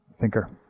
thinker